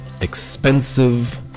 expensive